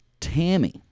Tammy